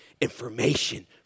information